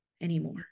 anymore